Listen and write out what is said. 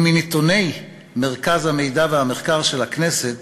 מנתוני מרכז המידע והמחקר של הכנסת